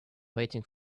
waiting